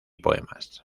poemas